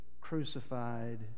crucified